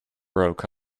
broke